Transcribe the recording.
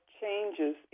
changes